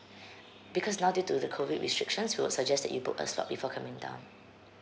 because now due to the COVID restrictions we would suggest that you book a slot before coming down